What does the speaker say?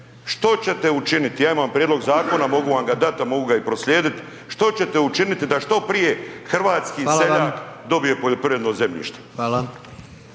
Što ćete učiniti, ja imam prijedlog zakona, mogu vam ga dat a mogu ga i proslijediti, što ćete učiniti da što prije hrvatski seljak dobije poljoprivredno zemljište?